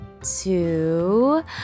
two